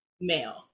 male